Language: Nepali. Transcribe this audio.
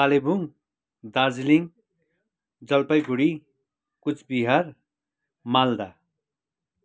कालेबुङ दार्जिलिङ जलपाइगुडी कुचबिहार मालदा